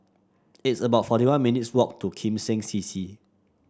it's about forty one minutes' walk to Kim Seng C C